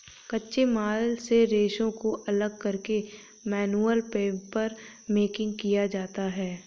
कच्चे माल से रेशों को अलग करके मैनुअल पेपरमेकिंग किया जाता है